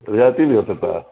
ریائتی بھی ہو سکتا ہے